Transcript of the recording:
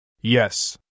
Yes